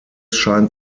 scheint